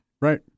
Right